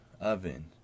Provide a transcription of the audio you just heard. oven